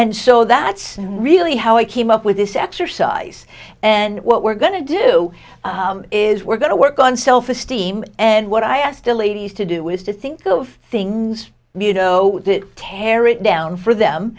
and so that's really how i came up with this exercise and what we're going to do is we're going to work on self esteem and what i asked to ladies to do is to think of things you know tear it down for them